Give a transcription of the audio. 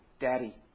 Daddy